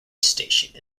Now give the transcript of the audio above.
station